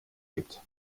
gibt